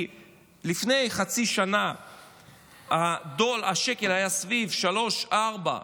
כי לפני חצי שנה השקל היה סביב 3.4,